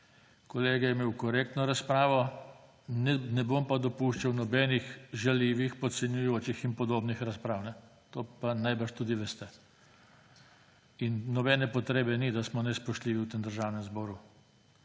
Kolega je imel korektno razpravo. Ne bom pa dopuščal nobenih žaljivih, podcenjujočih in podobnih razprav. To pa najbrž tudi veste. In nobene potrebe ni, da smo nespoštljivi v tem državnem zboru.